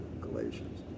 Galatians